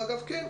אגב, כן.